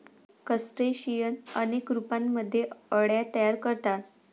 crustacean अनेक रूपांमध्ये अळ्या तयार करतात